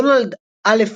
דונלד א.